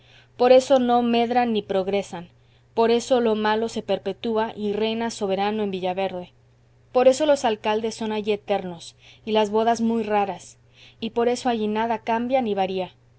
por eso no medran ni progresan por eso lo malo se perpetúa y reina soberano en villaverde por eso los alcaldes son allí eternos y las bodas muy raras y por eso allí nada cambia ni varía